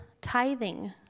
tithing